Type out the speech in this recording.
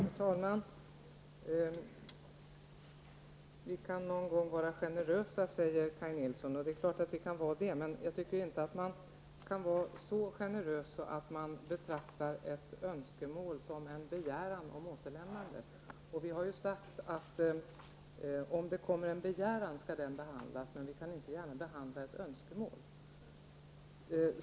Herr talman! Vi kan någon gång vara generösa, säger Kaj Nilsson, och det är klart att vi kan vara det. Men jag tycker inte att man kan vara så generös att man betraktar ett önskemål som en begäran om återlämnande. Vi har sagt att om det kommer en begäran skall den behandlas. Men vi kan inte gärna behandla ett önskemål.